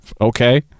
Okay